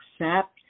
accept